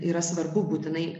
yra svarbu būtinai